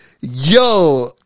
Yo